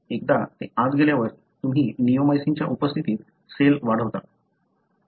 एकदा ते आत गेल्यावर तुम्ही निओमायसिनच्या उपस्थितीत सेल वाढवता